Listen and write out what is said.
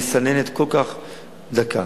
המסננת כל כך דקה.